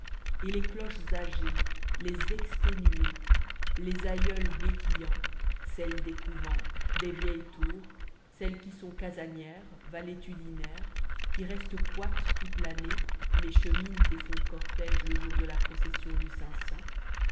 et les cloches âgées les exténuées les aïeules béquillant celles des couvents des vieilles tours celles qui sont casanières valétudinaires qui restent coîtes toute l'année mais cheminent et font cortège le jour de la procession du